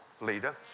leader